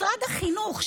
משרד החינוך,